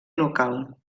local